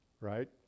right